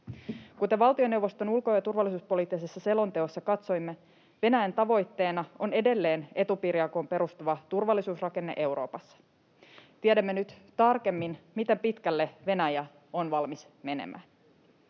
Kuten valtioneuvoston ulko- ja turvallisuuspoliittisessa selonteossa katsoimme, Venäjän tavoitteena on edelleen etupiirijakoon perustuva turvallisuusrakenne Euroopassa. Tiedämme nyt tarkemmin, miten pitkälle Venäjä on valmis menemään.